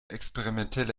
experimentelle